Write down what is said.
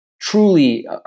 truly